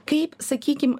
kaip sakykim